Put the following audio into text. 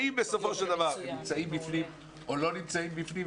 האם בסופו של דבר הם נמצאים בפנים או לא נמצאים בפנים?